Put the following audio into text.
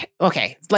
Okay